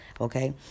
Okay